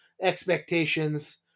expectations